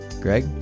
Greg